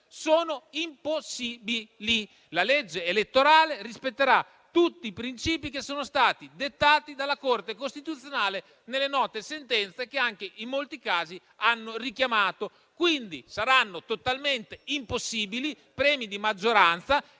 richiamare). La legge elettorale rispetterà tutti i principi che sono stati dettati dalla Corte costituzionale nelle note sentenze che in molti casi sono state richiamate. Saranno totalmente impossibili premi di maggioranza